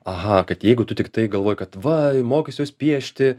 aha kad jeigu tu tiktai galvoji kad va mokysiuos piešti